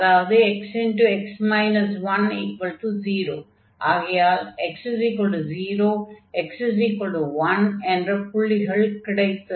அதாவது xx 10 ஆகையால் x0 x1 என்ற புள்ளிகள் கிடைத்தது